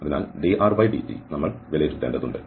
അതിനാൽ drdt നമ്മൾ വിലയിരുത്തേണ്ടതുണ്ട്